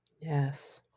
Yes